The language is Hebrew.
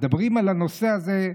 מדברים על הנושא הזה.